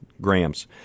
grams